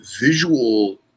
visual